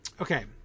okay